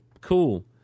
cool